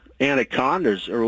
anacondas